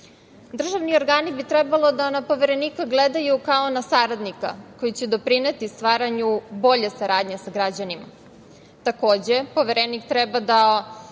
organi bi trebalo da na Poverenika gledaju kao na saradnika koji će doprineti stvaranju bolje saradnje sa građanima. Takođe, Poverenik treba da